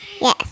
Yes